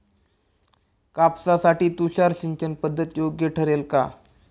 कापसासाठी तुषार सिंचनपद्धती योग्य ठरेल का?